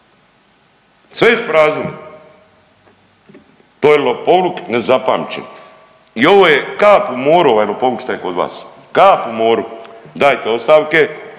Sve ispraznili. To je lopovluk nezapamćen! I ovo je kap u moru ovaj lopovluk šta je kod vas, kap u moru. Dajte ostavke.